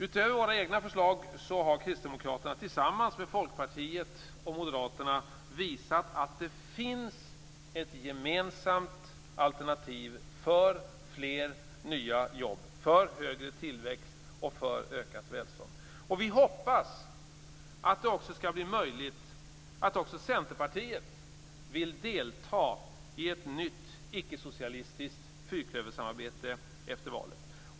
Utöver våra egna förslag har Kristdemokraterna tillsammans med Folkpartiet och Moderaterna visat att det finns ett gemensamt alternativ för fler nya jobb, högre tillväxt och ökat välstånd. Vi hoppas också att Centerpartiet vill delta i ett nytt ickesocialistiskt fyrklöversamarbete efter valet.